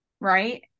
Right